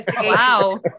wow